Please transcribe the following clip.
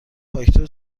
فاکتور